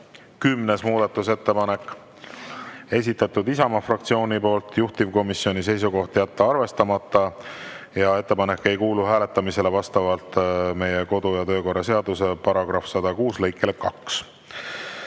Kümnes muudatusettepanek, esitatud Isamaa fraktsiooni poolt, juhtivkomisjoni seisukoht on jätta arvestamata. Ettepanek ei kuulu hääletamisele vastavalt meie kodu- ja töökorra seaduse § 106 lõikele 2.